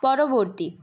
পরবর্তী